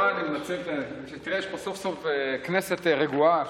לא, יש פה סוף-סוף כנסת רגועה.